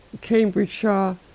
Cambridgeshire